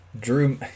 Drew